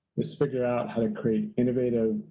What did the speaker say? was figure out how to create innovative,